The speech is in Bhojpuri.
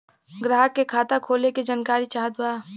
ग्राहक के खाता खोले के जानकारी चाहत बा?